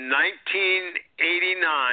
1989